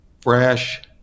fresh